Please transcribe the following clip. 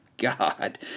God